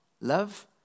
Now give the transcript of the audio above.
Love